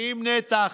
מביאים נתח.